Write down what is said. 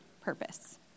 purpose